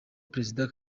perezida